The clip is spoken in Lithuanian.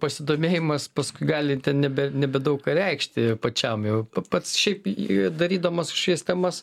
pasidomėjimas paskui gali ten nebe nebe daug ką reikšti pačiam jau pats šiaip į darydamas šias temas